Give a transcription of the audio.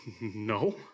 No